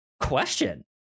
question